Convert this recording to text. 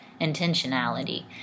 intentionality